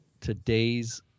today's